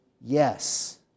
yes